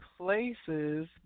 places